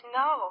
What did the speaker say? no